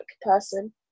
person